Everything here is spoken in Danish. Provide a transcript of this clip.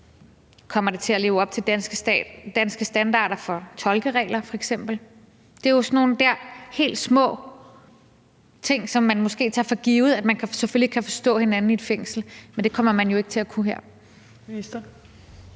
Kommer det f.eks. til at leve op til danske standarder for tolkeregler? Det er jo sådan nogle helt små ting, som man måske tager for givet – at man selvfølgelig kan forstå hinanden i et fængsel, men det kommer man jo ikke til at kunne her.